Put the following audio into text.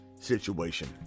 situation